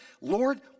Lord